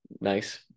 nice